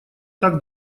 так